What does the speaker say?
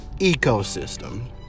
ecosystem